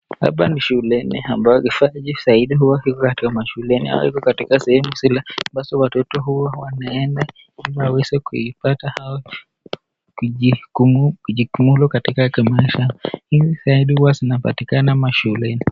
Hapa ni shuleni ambapo vifaa vingi saidi huwa viko katika shuleni au vipo katika sehemu zile watoto huwa wanaenda kuipata au kujiihimudu katika tamasha ivi zaidi huwa zinapatikana mashuleni.